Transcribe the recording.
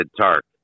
Tark